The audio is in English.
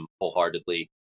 wholeheartedly